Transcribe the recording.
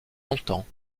longtemps